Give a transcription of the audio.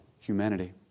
humanity